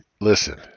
listen